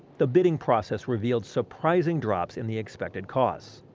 the bidding process revealed surprising drops in the expected costs.